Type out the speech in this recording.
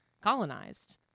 colonized